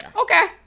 Okay